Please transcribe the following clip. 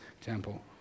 temple